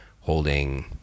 holding